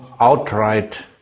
outright